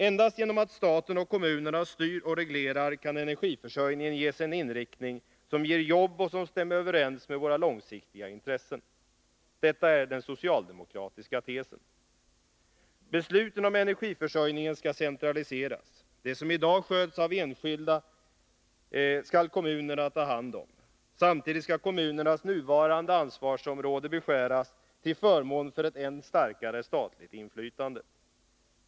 Endast genom att staten och kommunerna styr och reglerar kan energiförsörjningen ges en inriktning som ger jobb och som stämmer överens med våra långsiktiga intressen. Detta är den socialdemokratiska tesen. Besluten om energiförsörjningen skall centraliseras. Det som i dag sköts av enskilda skall kommunerna ta hand om. Samtidigt skall kommunernas nuvarande ansvarsområde beskäras till förmån för ett än starkare statligt inflytande.